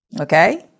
Okay